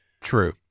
True